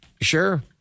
sure